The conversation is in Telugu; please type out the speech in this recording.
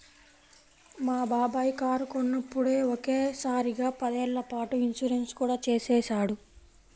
మా బాబాయి కారు కొన్నప్పుడే ఒకే సారిగా పదేళ్ళ పాటు ఇన్సూరెన్సు కూడా చేసేశాడు